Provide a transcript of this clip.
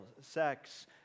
sex